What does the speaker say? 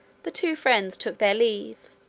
the two friends took their leaves,